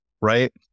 right